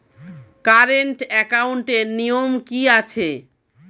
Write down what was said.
Current একাউন্টের নিয়ম কী আছে?